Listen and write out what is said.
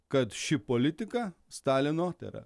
kad ši politika stalino tai yra